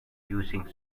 using